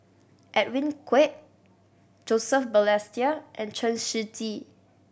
Edwin Koek Joseph Balestier and Chen Shiji